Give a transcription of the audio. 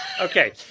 Okay